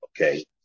Okay